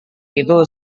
itu